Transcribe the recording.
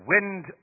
Wind